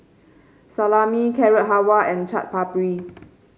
Salami Carrot Halwa and Chaat Papri